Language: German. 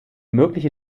mögliche